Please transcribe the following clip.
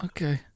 Okay